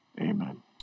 amen